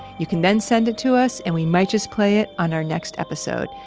you can then send it to us, and we might just play it on our next episode.